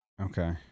Okay